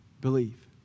Believe